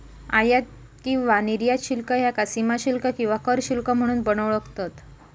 आयात किंवा निर्यात शुल्क ह्याका सीमाशुल्क किंवा कर शुल्क म्हणून पण ओळखतत